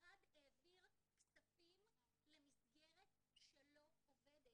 המשרד העביר כספים למסגרת שלא עובדת.